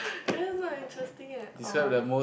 that is not interesting at all